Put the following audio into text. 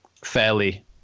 fairly